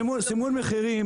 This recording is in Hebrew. סימון מחירים,